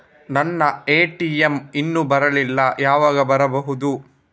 ನನ್ನ ಎ.ಟಿ.ಎಂ ಇನ್ನು ಬರಲಿಲ್ಲ, ಯಾವಾಗ ಬರಬಹುದು?